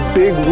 big